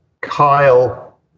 Kyle